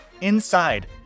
Inside